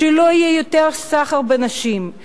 שלא יהיה יותר סחר בנשים,